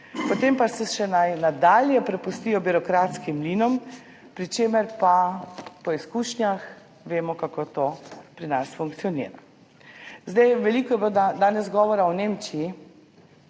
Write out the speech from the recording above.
potem pa se še naj nadalje prepustijo birokratskim mlinom, pri čemer pa po izkušnjah vemo, kako to pri nas funkcionira. Veliko je bilo danes govora o Nemčiji.